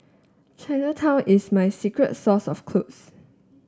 Chinatown is my secret source of clothes